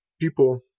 people